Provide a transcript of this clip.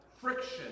friction